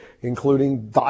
including